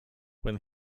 when